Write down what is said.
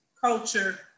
culture